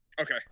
Okay